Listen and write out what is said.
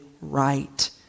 right